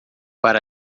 para